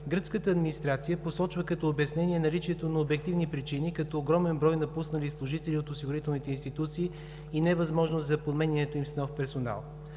гръцката администрация посочва като обяснение наличието на обективни причини като огромен брой напуснали служители от осигурителните институции и невъзможност за подменянето им с нов персонал.